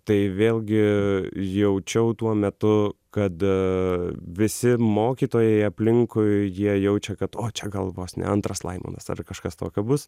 tai vėlgi jaučiau tuo metu kad visi mokytojai aplinkui jie jaučia kad o čia galvos ne antras laimonas ar kažkas tokio bus